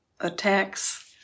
Attacks